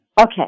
Okay